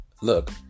look